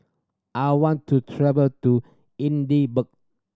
I want to travel to Edinburgh